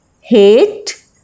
hate